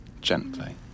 gently